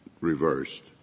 reversed